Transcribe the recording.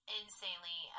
insanely